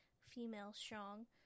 female-strong